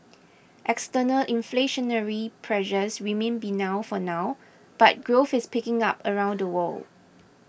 external inflationary pressures remain benign for now but growth is picking up around the world